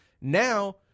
Now